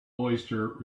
oyster